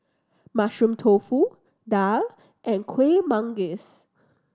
Mushroom Tofu daal and Kueh Manggis